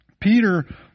Peter